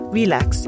relax